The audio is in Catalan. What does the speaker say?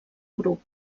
grup